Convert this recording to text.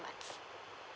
month